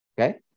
Okay